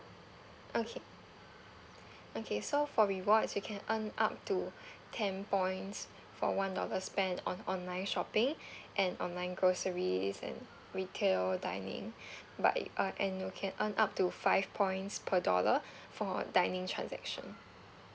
okay okay so for rewards you can earn up to ten points for one dollar spent on online shopping and online groceries and retail dining but it uh and you can earn up to five points per dollar for dining transaction